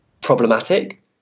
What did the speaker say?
problematic